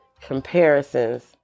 comparisons